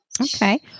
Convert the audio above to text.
Okay